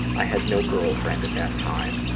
i had no girlfriend at that time.